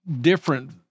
different